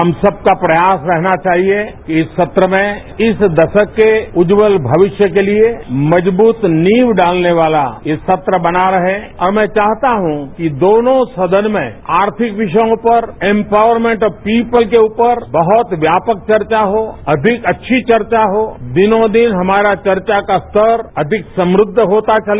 हम सबका प्रयास रहना चाहिए कि इस सत्र में इस दशक के उज्जवल भविष्य के लिए मजबूत नींव डालने वाला यह सत्र बना रहे और मैं चाहता हूं कि दोनों सदन में आर्थिक विषयों पर एम्पावरमेंट ऑफ पीपुल के ऊपर बहत व्यापक चर्चा हो अधिक अच्छी चर्चा हो दिनों दिन हमारा चर्चा का स्तर अधिक समुद्ध होता चले